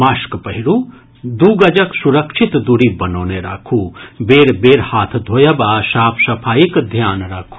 mask पहिरू दू गजक सुरक्षित दूरी बनौने राखू बेर बेर हाथ धोयब आ साफ सफाईक ध्यान राखू